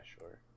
sure